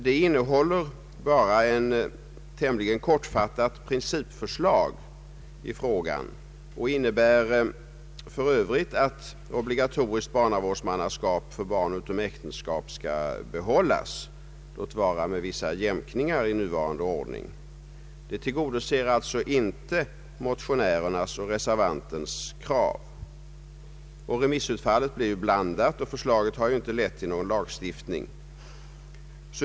Det innehåller emellertid bara ett tämligen kortfattat principförslag i frågan och innebär för övrigt att obligatoriskt barnavårdsmannaskap för barn utom äktenskap skall behållas, låt vara med vissa jämkningar i nuvarande ordning. Det tillgodoser alltså inte motionärernas och reservantens krav. Remissutfallet blev blandat, och förslaget har inte lett till någon lagstift ning.